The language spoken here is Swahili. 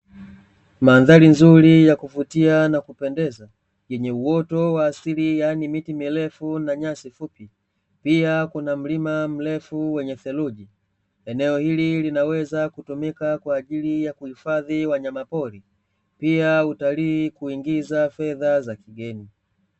Mandhari nzuri ya kuvutia na kupendeza, yenye uoto wa asili yaani miti mirefu na nyasi fupi. Pia kuna mlima mrefu wenye dheluji. Eneo hili linaweza kutumika kwa ajili ya kuhifadhi wanyama pori. Pia utalii kuingiza fedha za kigeni.